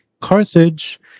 Carthage